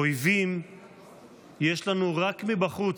אויבים יש לנו רק מבחוץ.